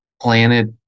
Planet